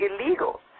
illegal